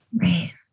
Right